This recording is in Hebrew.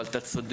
אבל אתה צודק,